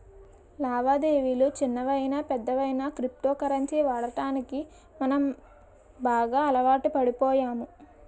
లావాదేవిలు చిన్నవయినా పెద్దవయినా క్రిప్టో కరెన్సీ వాడకానికి మాత్రం మనం బాగా అలవాటుపడిపోయాము